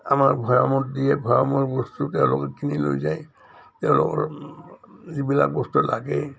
আমাৰ ভৈয়ামত দিয়ে ভৈয়ামৰ বস্তু তেওঁলোকে কিনি লৈ যায় তেওঁলোকৰ যিবিলাক বস্তু লাগে